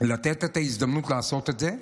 לתת את ההזדמנות לעשות את זה.